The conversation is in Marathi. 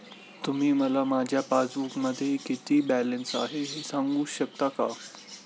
तुम्ही मला माझ्या पासबूकमध्ये किती बॅलन्स आहे हे सांगू शकता का?